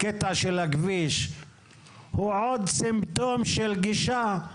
הקטע של הכביש הוא עוד סימפטום של גישה של